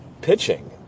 pitching